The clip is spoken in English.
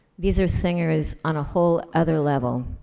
these are singers on a whole other level.